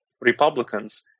Republicans